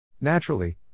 Naturally